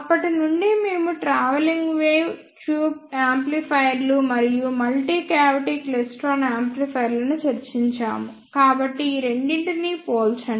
అప్పటి నుండి మేము ట్రావెలింగ్ వేవ్ ట్యూబ్ యాంప్లిఫైయర్లు మరియు మల్టీ క్యావిటీ క్లైస్ట్రాన్ యాంప్లిఫైయర్లను చర్చించాము కాబట్టి ఈ రెండింటినీ పోల్చండి